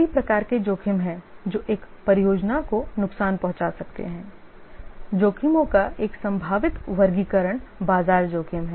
कई प्रकार के जोखिम हैं जो एक परियोजना को नुकसान पहुंचा सकते हैं जोखिमों का एक संभावित वर्गीकरण बाजार जोखिम है